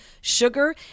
sugar